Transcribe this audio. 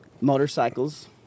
motorcycles